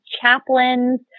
chaplains